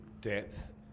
depth